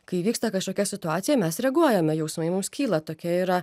kai įvyksta kažkokia situacija mes reaguojame jausmai mums kyla tokia yra